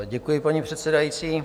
Děkuji, pane předsedající.